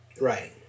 Right